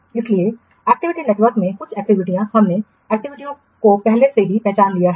इसलिए activity network में कुछ एक्टिविटीयाँ हमने एक्टिविटीयों को पहले ही पहचान लिया है